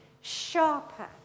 sharper